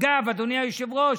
אגב, אדוני היושב-ראש,